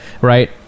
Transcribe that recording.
right